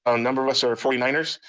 um number of us are forty nine ers.